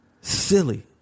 Silly